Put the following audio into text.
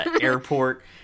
airport